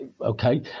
Okay